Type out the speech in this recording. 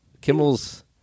Kimmel's